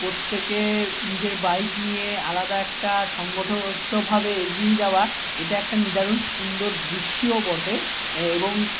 প্রত্যেকে নিজের বাইক নিয়ে আলাদা একটা সংগঠিতভাবে এগিয়ে যাওয়া এটা একটা নিদারুণ সুন্দর দৃশ্যও বটে এবং